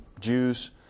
Jews